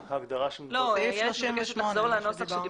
סעיף 38. היא מבקשת לחזור לנוסח עליו